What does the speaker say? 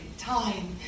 Time